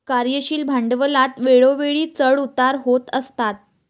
कार्यशील भांडवलात वेळोवेळी चढ उतार होत असतात